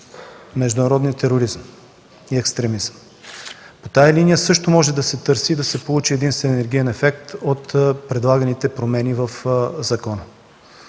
международни терористи и екстремисти. По тази линия също може да се търси и да се получи един синергиен ефект от предлаганите промени в закона.